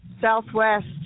southwest